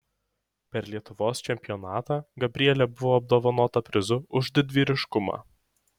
per lietuvos čempionatą gabrielė buvo apdovanota prizu už didvyriškumą